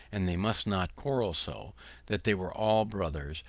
and they must not quarrel so that they were all brothers,